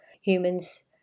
Humans